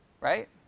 right